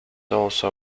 also